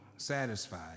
satisfied